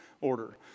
order